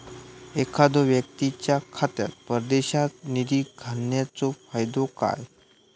एखादो व्यक्तीच्या खात्यात परदेशात निधी घालन्याचो फायदो काय?